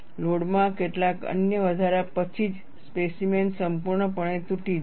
load માં કેટલાક અન્ય વધારા પછી જ સ્પેસીમેન સંપૂર્ણપણે તૂટી જશે